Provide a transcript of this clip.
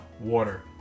Water